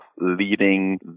leading